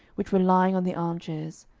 which were lying on the armchairs,